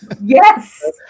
Yes